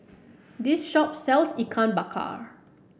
this shop sells Ikan Bakar